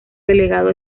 delegado